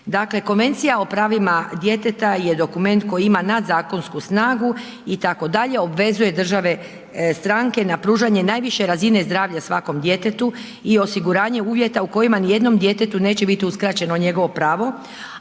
Konvencija o pravima djeteta je dokument koji ima nadzakonsku snagu itd., obvezuje države stranke na pružanje najviše razine zdravlja svakom djetetu i osiguranje uvjeta u kojima nijednom djetetu neće biti uskraćeno njegovo pravo,